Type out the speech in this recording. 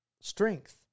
strength